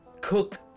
cook